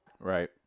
Right